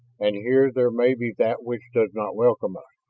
and here there may be that which does not welcome us.